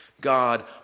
God